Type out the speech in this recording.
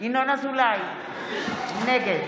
ינון אזולאי, נגד